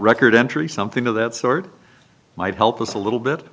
record entry something of that sort might help us a little bit